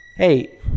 hey